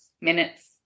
minutes